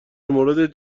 مورد